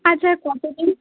আচ্ছা কত কী